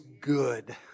good